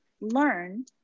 learn